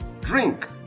drink